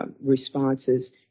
responses